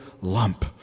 lump